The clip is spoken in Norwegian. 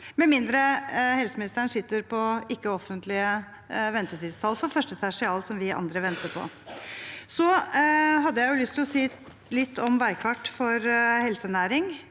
med mindre helseministeren sitter på ikke-offentlige ventetidstall for første tertial, som vi andre venter på. Jeg hadde også lyst til å si litt om veikart for helsenæringen.